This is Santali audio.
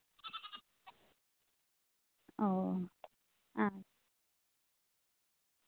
ᱚ ᱟᱨ